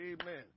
Amen